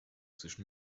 zwischen